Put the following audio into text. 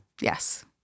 Yes